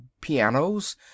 pianos